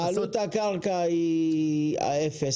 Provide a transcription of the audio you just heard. עלות הקרקע היא אפס.